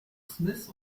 smith